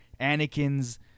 Anakin's